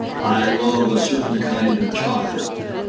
i love a certain kind of chocolate.